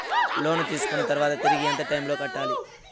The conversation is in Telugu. లోను తీసుకున్న తర్వాత తిరిగి ఎంత టైములో కట్టాలి